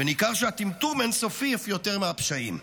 וניכר שהטמטום אין-סופי אף יותר מהפשעים.